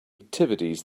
activities